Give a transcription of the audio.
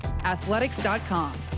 athletics.com